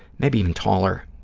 maybe even taller,